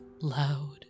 loud